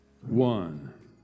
one